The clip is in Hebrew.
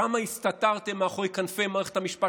שם הסתתרתם מאחורי כנפי מערכת המשפט